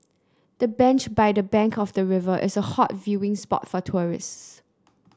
the bench by the bank of the river is a hot viewing spot for tourists